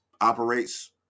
operates